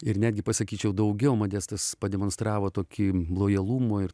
ir netgi pasakyčiau daugiau modestas pademonstravo tokį lojalumą ir